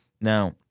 now